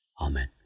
Amen